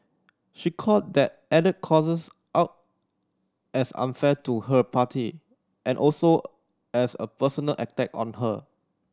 she called that added clauses out as unfair to her party and also as a personal attack on her